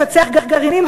לפצח גרעינים,